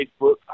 Facebook